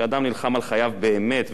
כשאדם נלחם על חייו באמת,